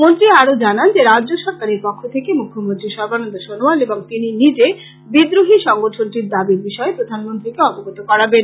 মন্ত্রী আরো জানান যে রাজ্য সরকারের পক্ষ থেকে মুখ্যমন্ত্রী সর্বানন্দ সনোয়াল এবং তিনি নিজে বিদ্রোহি সংগঠনটির দাবীর বিষয়ে প্রধানমন্ত্রীকে অবগত করাবেন